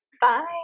Bye